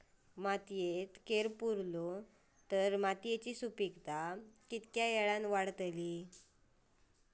मातयेत कैर पुरलो तर मातयेची सुपीकता की वेळेन वाडतली?